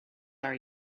are